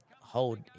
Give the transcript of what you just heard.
hold